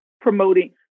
promoting